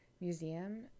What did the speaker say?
museum